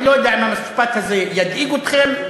אני לא יודע אם המשפט הזה ידאיג אתכם,